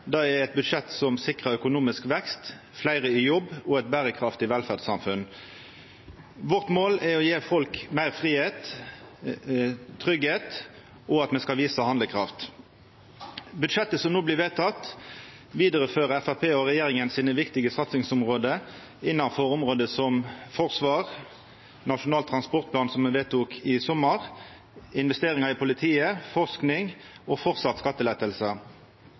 Det er eit budsjett som sikrar økonomisk vekst, fleire i jobb og eit berekraftig velferdssamfunn. Vårt mål er å gje folk meir fridom og tryggleik, og at me skal visa handlekraft. Budsjettet som no blir vedteke, vidarefører dei viktigaste satsingsområda til Framstegspartiet og Høgre innanfor område som forsvar, Nasjonal transportplan, som me vedtok i sommar, investeringar i politiet, forsking og